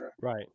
Right